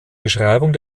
beschreibung